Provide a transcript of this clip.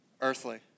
earthly